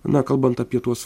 na kalbant apie tuos